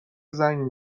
زنگ